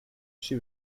she